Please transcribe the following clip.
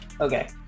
Okay